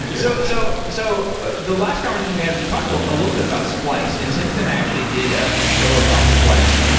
you. so so so the last coverage and we had, we talked ah a little bit about splice. and since then i actually did ah a show about splice,